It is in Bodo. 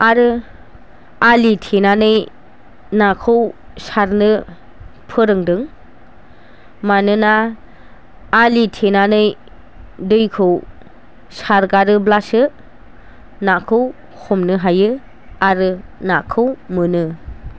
आरो आलि थेनानै नाखौ सारनो फोरोंदों मानोना आलि थेनानै दैखौ सारगारोब्लासो नाखौ हमनो हायो आरो नाखौ मोनो